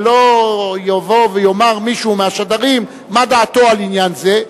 ולא יבוא ויאמר מישהו מהשדרים מה דעתו על עניין זה,